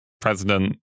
president